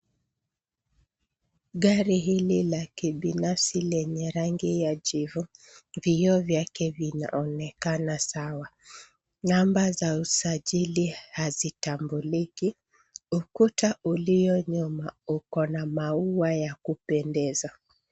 Gari hili la kibinafsi lenye rangi ya jivu, vioo vyake vinaonekana sawa. Namba za usajili hazitambuliki. Ukuta ulio nyuma uko na maua ya kupendeza.